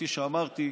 כפי שאמרתי,